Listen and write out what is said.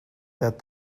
that